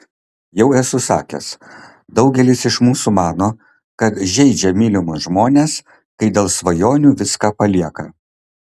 jau esu sakęs daugelis iš mūsų mano kad žeidžia mylimus žmones kai dėl svajonių viską palieka